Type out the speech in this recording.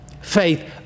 Faith